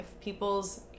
people's